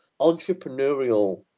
entrepreneurial